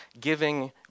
giving